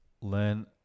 learn